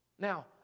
Now